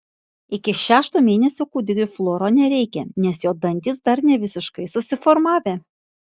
iki šešto mėnesio kūdikiui fluoro nereikia nes jo dantys dar nevisiškai susiformavę